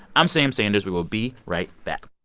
i'm sam sanders. we will be right back